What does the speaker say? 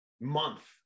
month